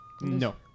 No